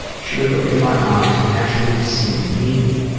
she would look into my eyes and actually see me,